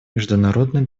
международной